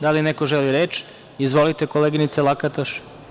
Da li neko želi reč? (Da.) Izvolite, koleginice Lakatoš.